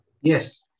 Yes